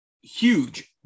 huge